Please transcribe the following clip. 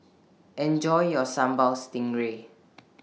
Enjoy your Sambal Stingray